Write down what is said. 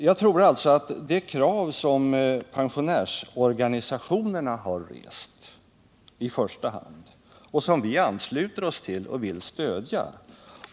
Jag tror alltså att de krav som pensionärsorganisationerna rest och som vi ansluter oss till och vill stödja —dvs.